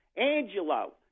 Angelo –